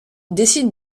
décide